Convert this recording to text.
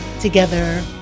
together